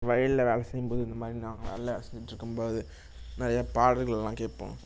வயல்ல வேலை செய்யும்போது இந்த மாதிரி வேலை செஞ்சிகிட்ருக்கும்போது நிறைய பாடல்கள்லாம் கேட்போம்